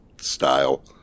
style